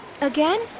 Again